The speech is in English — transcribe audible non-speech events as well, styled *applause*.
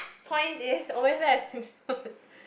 point is always wear a swimsuit *laughs*